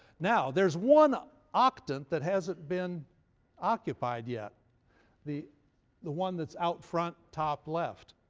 now there's one ah octant that hasn't been occupied yet the the one that's out front, top left.